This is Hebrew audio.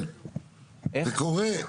כן, זה קורה.